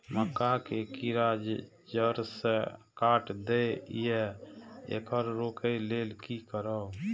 मक्का के कीरा जड़ से काट देय ईय येकर रोके लेल की करब?